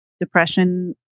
depression